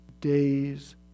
days